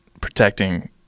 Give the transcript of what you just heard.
protecting